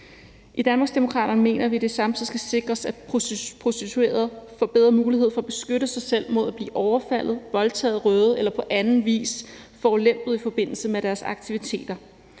I Danmarksdemokraterne mener vi, at det samtidig skal sikres, at prostituerede får bedre muligheder for at beskytte sig selv mod at blive overfaldet, voldtaget, røvet eller på anden vis forulempet i forbindelse med deres aktiviteter.